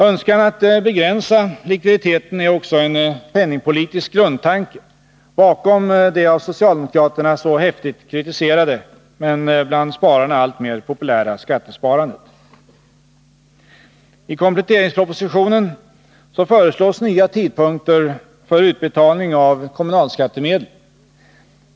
Önskan att begränsa likviditeten är också en penningpolitisk grundtanke bakom det av socialdemokraterna så häftigt kritiserade, men bland spararna alltmer populära skattesparandet. I kompletteringspropositionen föreslås nya tidpunkter för utbetalning av kommunalskattemedel.